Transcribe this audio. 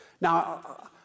Now